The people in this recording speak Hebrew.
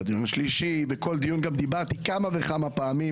ובדיון השלישי ובכל דיון דיברתי כמה וכמה פעמים